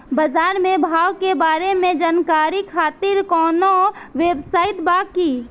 बाजार के भाव के बारे में जानकारी खातिर कवनो वेबसाइट बा की?